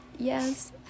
Yes